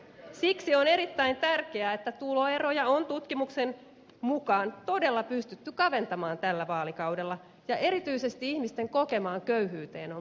siksi on erittäin tärkeää että tuloeroja on tutkimusten mukaan todella pystytty kaventamaan tällä vaalikaudella ja erityisesti ihmisten kokemaan köyhyyteen on puututtu